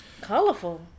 Colorful